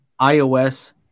iOS